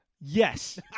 Yes